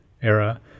era